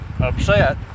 upset